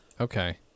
Okay